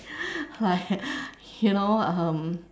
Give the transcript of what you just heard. like you know um